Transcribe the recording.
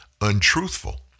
untruthful